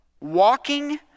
walking